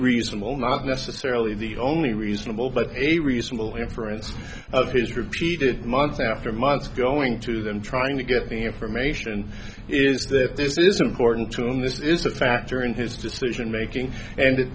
reasonable not necessarily the only reasonable but a reasonable inference of his repeated months after months of going to them trying to get the information is that this is important to him this is a factor in his decision making and